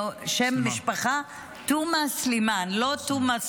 שם המשפחה הוא תומא סלימאן,